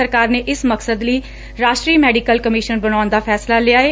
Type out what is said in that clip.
ਸਰਕਾਰ ਨੇ ਇਸ ਮਕਸਦ ਲਈ ਰਾਸ਼ਟਰੀ ਮੈਡੀਕਲ ਕਮਿਸ਼ਨ ਬਨਾਉਣ ਦਾ ਫੈਸਲਾ ਲਿਆ ਏ